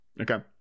Okay